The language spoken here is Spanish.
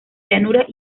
llanuras